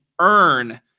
earn